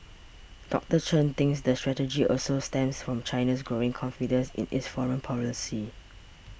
Doctor Chen thinks the strategy also stems from China's growing confidence in its foreign policy